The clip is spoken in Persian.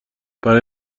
برای